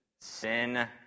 Sin